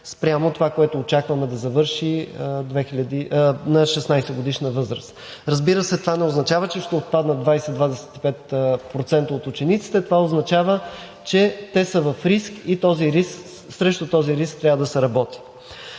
спрямо това, което очакваме да завърши на 16-годишна възраст. Разбира се, това не означава, че ще отпаднат 20 – 25% от учениците, това означава, че те са в риск и срещу този риск трябва да се работи.